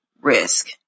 risk